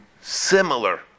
Similar